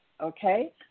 Okay